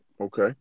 Okay